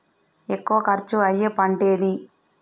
ఎక్కువ ఖర్చు అయ్యే పంటేది?